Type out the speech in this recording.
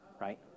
right